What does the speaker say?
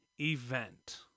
event